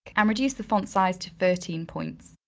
and reduce the font size to thirteen points.